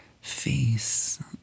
face